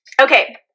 Okay